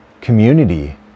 community